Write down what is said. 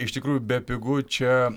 iš tikrųjų bepigu čia